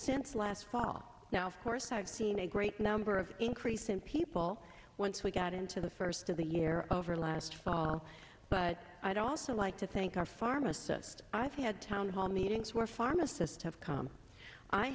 since last fall now of course i've seen a great number of increase in people once we got into the first of the year over last fall but i'd also like to thank our pharmacist i've had town all meetings were pharmacists have come i